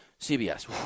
cbs